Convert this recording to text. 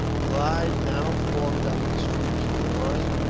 clive now formed up his troops in line,